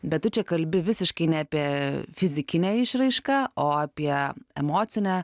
bet tu čia kalbi visiškai ne apie fizikinę išraišką o apie emocinę